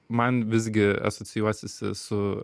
man visgi asocijuosiesi su